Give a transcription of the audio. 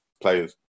players